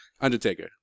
Undertaker